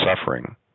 suffering